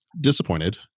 disappointed